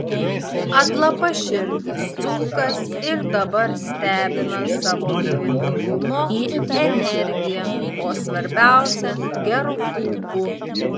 atlapaširdis dzūkas ir dabar stebina savo gyvybingumu energija o svarbiausia geru ūpu